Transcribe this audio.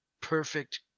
perfect